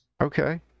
Okay